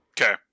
Okay